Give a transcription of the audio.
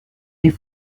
des